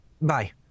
Bye